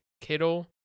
Kittle